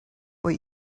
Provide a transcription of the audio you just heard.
what